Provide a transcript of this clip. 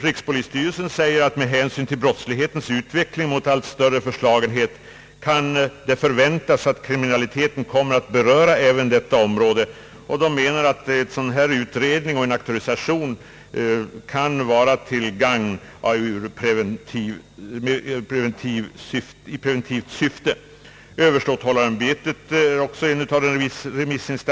Rikspolisstyrelsen säger: »Med hänsyn till brottslighetens utveckling mot allt större förslagenhet kan dock förväntas att kriminaliteten kommer att beröra även detta område.» Styrelsen menar att en sådan utredning och en auktorisation kan vara till gagn i preventivt syfte. Överståthållarämbetet tillstyrker en utredning.